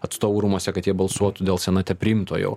atstovų rūmuose kad jie balsuotų dėl senate priimtojo